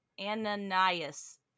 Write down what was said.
Ananias